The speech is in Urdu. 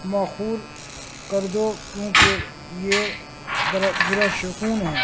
موقوف کر دو کیونکہ یہ برا برا شگون ہے